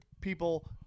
people